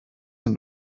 dem